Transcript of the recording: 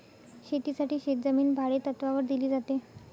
शेतीसाठी शेतजमीन भाडेतत्त्वावर दिली जाते